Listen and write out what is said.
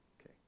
Okay